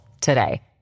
today